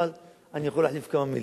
אבל אני יכול להחליף כמה מלים.